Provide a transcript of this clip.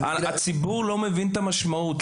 הציבור לא מבין את המשמעות,